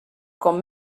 com